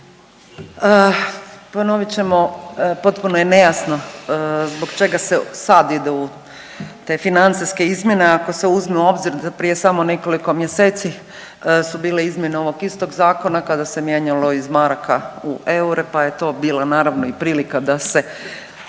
ponovit ćemo potpuno je nejasno zbog čega se sad ide u te financijske izmjene ako se uzme u obzir da prije samo nekoliko mjeseci su bile izmjene ovog istog zakona kada se mijenjalo iz maraka u eure pa je to bila naravno i prilika da se